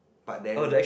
but then